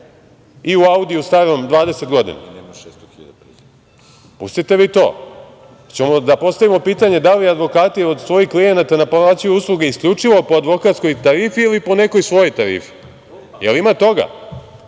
i u audio starom 20 godina. Pustite vi to, ako ćemo da postavimo pitanje da li advokati od svojih klijenata naplaćuju usluge isključivo po advokatskoj tarifi ili po nekoj svojoj tarifi. Jel ima toga